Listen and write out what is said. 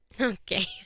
Okay